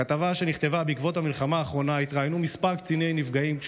בכתבה שנכתבה בעקבות המלחמה האחרונה התראיינו כמה קציני נפגעים.